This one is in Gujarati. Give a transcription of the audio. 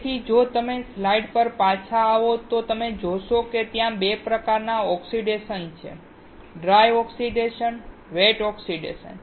તેથી જો તમે સ્લાઇડ પર પાછા આવો તો તમે જોશો કે ત્યાં 2 પ્રકારના ઓક્સિડેશન છે ડ્રાય ઓક્સિડેશન અને વેટ ઓક્સિડેશન